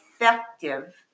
effective